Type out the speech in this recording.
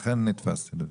לכן נתפסתי בזה.